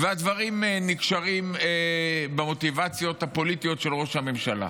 והדברים נקשרים במוטיבציות הפוליטיות של ראש הממשלה.